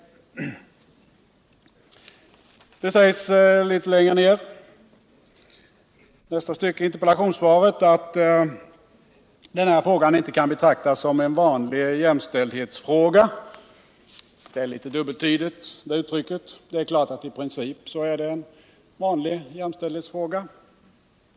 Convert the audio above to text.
Litet senare i svaret sägs det att denna fråga inte kan betraktas som en vanlig jämställdhetsfråga. Det uttrycket är något dubbeltydigt. Det är klart att det i princip är en vanlig jämställdhetsfråga.